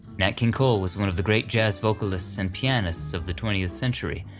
nat king cole was one of the great jazz vocalists and pianists of the twentieth century,